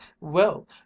Well